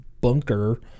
bunker